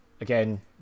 again